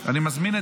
אני מבקש לא